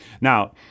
Now